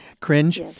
cringe